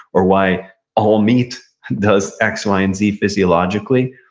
or why all meat does x, y, and z, physiologically,